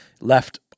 left